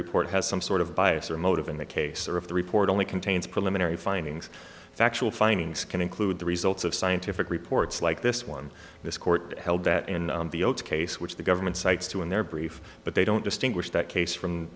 report has some sort of bias or motive in the case or if the report only contains preliminary findings factual findings can include the results of scientific reports like this one this court held that in the old case which the government cites to in their brief but they don't distinguish that case from